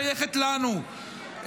חנה סנש לא שייכת לנו.